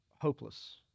hopeless